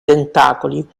tentacoli